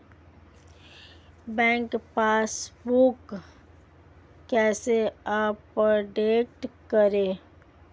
Bank passbook कैसे update करें?